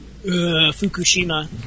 Fukushima